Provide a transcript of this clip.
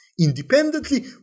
independently